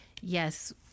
yes